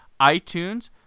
iTunes